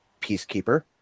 peacekeeper